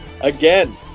again